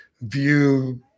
view